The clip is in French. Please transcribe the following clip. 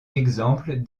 exemple